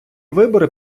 вибори